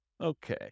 Okay